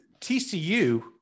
TCU